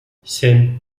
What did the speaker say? семь